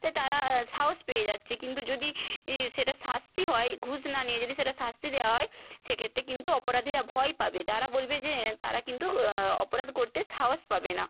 তাই তারা সাহস পেয়ে যাচ্ছে কিন্তু যদি ই সেটা শাস্তি হয় ঘুষ না নিয়ে যদি সেটা শাস্তি দেওয়া হয় সেক্ষেত্রে কিন্তু অপরাধীরা ভয় পাবে তারা বলবে যে তারা কিন্তু অপরাধ করতে সাহস পাবে না